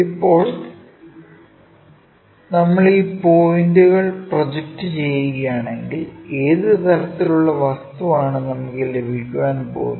ഇപ്പോൾ നമ്മൾ ഈ പോയിന്റുകൾ പ്രൊജക്റ്റ് ചെയ്യുകയാണെങ്കിൽ ഏത് തരത്തിലുള്ള വസ്തുവാണ് നമുക്ക് ലഭിക്കാൻ പോകുന്നത്